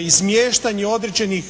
i smještanje određenih